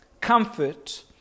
Comfort